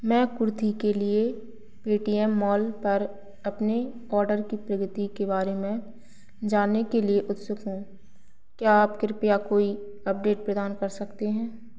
मैं कुर्ती के लिए पेटीएम मॉल पर अपने ऑर्डर की प्रगति के बारे में जानने के लिए उत्सुक हूँ क्या आप कृपया कोई अपडेट प्रदान कर सकते हैं